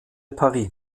paris